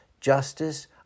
justice